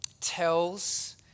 tells